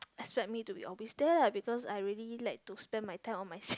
expect me to be always there lah because I really like to spend my time on myself